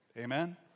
Amen